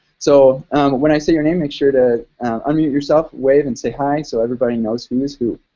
so when i say your name, make sure to unmute yourself, wave, and say hi so everybody knows who is who.